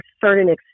certain